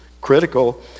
critical